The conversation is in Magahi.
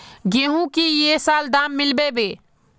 गेंहू की ये साल दाम मिलबे बे?